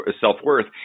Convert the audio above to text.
self-worth